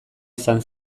izan